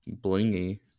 blingy